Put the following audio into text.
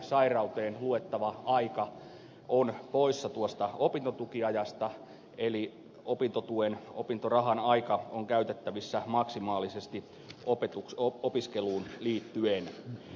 sairauteen luettava aika on poissa opintotukiajasta eli opintotuen opintorahan aika on käytettävissä maksimaalisesti opiskeluun liittyen